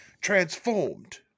transformed